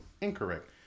incorrect